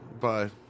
bye